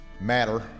matter